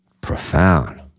Profound